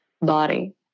body